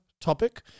topic